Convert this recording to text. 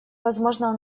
возможно